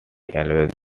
always